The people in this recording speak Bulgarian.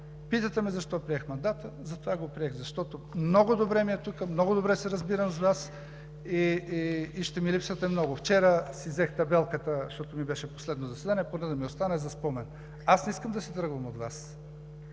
Питате ме защо приех мандата. Затова го приех, защото много добре ми е тук, много добре се разбирам с Вас и ще ми липсвате много. Вчера си взех табелката, защото ми беше последно заседание, поне да ми остане за спомен. Аз не искам да си тръгвам от Вас,